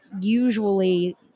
usually